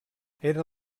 era